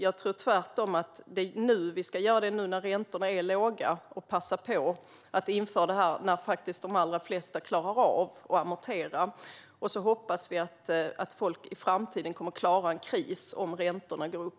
Jag tror tvärtom att det är nu när räntorna är låga och de allra flesta klarar av att amortera som vi ska passa på att införa amorteringskravet. Sedan hoppas vi att folk i framtiden kommer att klara en kris om räntorna går upp.